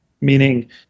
meaning